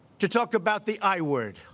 to talk about the i word.